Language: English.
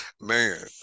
man